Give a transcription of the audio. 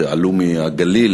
שעלו מהגליל